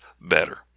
better